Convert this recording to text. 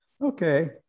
okay